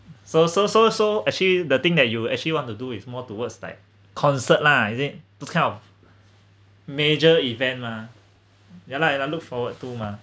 so so so so actually the thing that you actually want to do with more towards like concert lah is it to kind of major event mah ya lah ya lah I look forward too mah